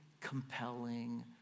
compelling